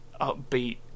upbeat